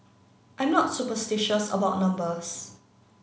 I'm not superstitious about numbers